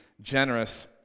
generous